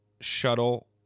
shuttle